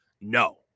No